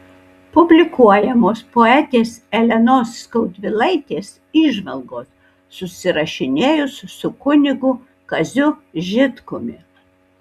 publikuojamos poetės elenos skaudvilaitės įžvalgos susirašinėjus su kunigu kaziu žitkumi